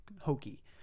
hokey